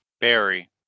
Barry